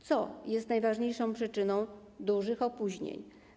Co jest najważniejszą przyczyną dużych opóźnień?